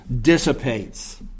dissipates